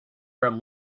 from